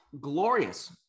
glorious